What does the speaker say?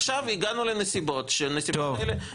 אבל עכשיו הגענו לנסיבות שמאפשרות